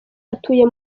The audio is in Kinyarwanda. atuye